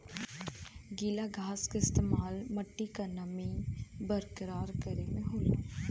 गीला घास क इस्तेमाल मट्टी क नमी बरकरार करे में होला